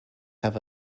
have